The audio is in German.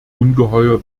ungeheuer